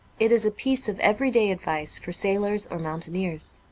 it is a piece of everyday advice for sailors or mountaineers.